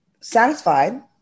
satisfied